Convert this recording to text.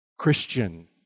Christian